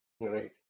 Right